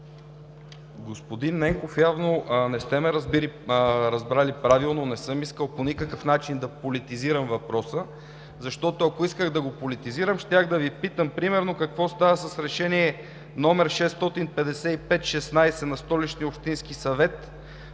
Господин Ненков, явно не сте ме разбрали правилно. Не съм искал по никакъв начин да политизирам въпроса, защото, ако исках да го политизирам, щях да Ви питам, примерно, какво става с Решение № 655-16 на Столичния общински съвет,